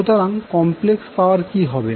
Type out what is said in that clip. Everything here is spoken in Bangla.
সুতরাং কমপ্লেক্স পাওয়ার কি হবে